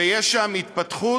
ויש שם התפתחות,